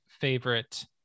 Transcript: favorite